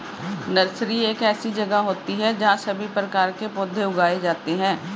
nursery एक ऐसी जगह होती है जहां सभी प्रकार के पौधे उगाए जाते हैं